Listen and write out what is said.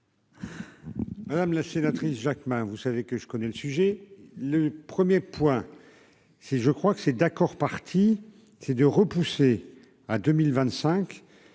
Madame la sénatrice Jacquemin, vous savez que je connais le sujet le 1er point c'est, je crois que c'est d'accord partie c'est de repousser à 2025,